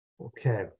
okay